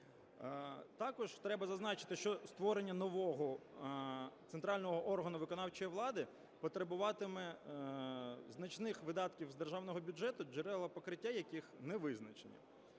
Також треба зазначити, що створення нового центрального органу виконавчої влади потребуватиме значних видатків з державного бюджету, джерела покриття яких не визначено.